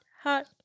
hot